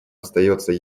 остается